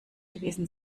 gewesen